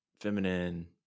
feminine